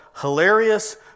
Hilarious